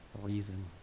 reason